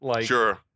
Sure